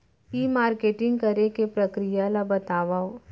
ई marketing करे के प्रक्रिया ला बतावव?